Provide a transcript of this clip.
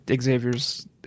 xavier's